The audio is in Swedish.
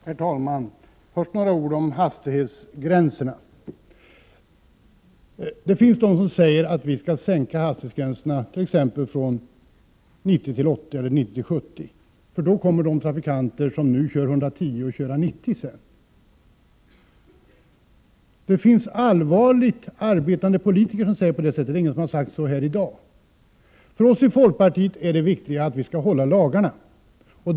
Herr talman! Först några ord om hastighetsgränserna. Det finns de som säger att vi skall sänka hastighetsgränserna t.ex. från 90 till 80 eller från 90 till 70, för då kommer de trafikanter som nu kör 110 att köra 90. Det finns allvarligt arbetande politiker som säger på det sättet, även om ingen har sagt så här i dag. För oss i folkpartiet är det viktiga att man skall följa lagarna.